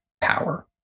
power